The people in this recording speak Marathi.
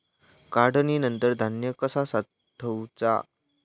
काढणीनंतर धान्य कसा साठवुचा?